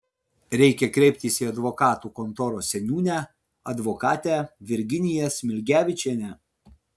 reikia kreiptis į advokatų kontoros seniūnę advokatę virginiją smilgevičienę